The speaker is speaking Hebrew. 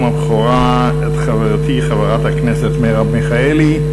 הבכורה את חברתי חברת הכנסת מרב מיכאלי.